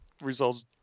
results